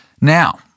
Now